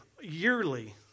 yearly